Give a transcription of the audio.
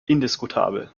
indiskutabel